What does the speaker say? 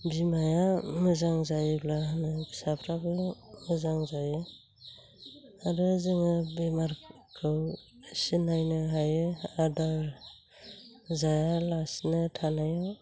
बिमाया मोजां जायोब्लानो फिसाफ्राबो मोजां जायो आरो जोङो बेमारफोरखौ सिनायनो हायो आदार जाया लासिनो थानायाव